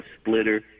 splitter